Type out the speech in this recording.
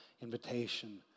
invitation